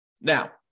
Now